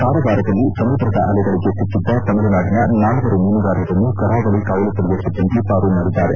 ಕಾರವಾರದಲ್ಲಿ ಸಮುದ್ರದ ಅಲೆಗಳಿಗೆ ಸಿಕ್ಕಿದ್ದ ತಮಿಳುನಾಡಿನ ನಾಲ್ವರು ಮೀನುಗಾರರನ್ನು ಕರಾವಳಿ ಕಾವಲುಪಡೆಯ ಸಿಬ್ಬಂದಿ ಪಾರು ಮಾಡಿದ್ದಾರೆ